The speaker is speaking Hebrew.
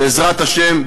בעזרת השם,